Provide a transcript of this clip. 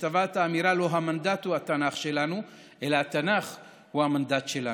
כשטבע את האמירה: לא המנדט הוא התנ"ך שלנו אלא התנ"ך הוא המנדט שלנו,